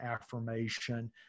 affirmation